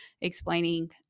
explaining